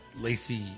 Lacey